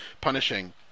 punishing